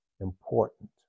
important